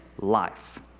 life